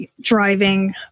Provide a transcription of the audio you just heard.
driving